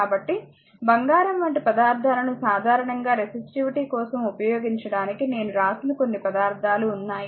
కాబట్టి బంగారం వంటి పదార్థాలను సాధారణంగా రెసిస్టివిటీ కోసం ఉపయోగించడానికి నేను రాసిన కొన్ని పదార్థాలు ఉన్నాయి